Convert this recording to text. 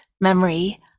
memory